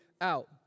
out